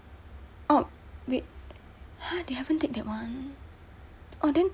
oh wait !huh! they haven't take that one oh then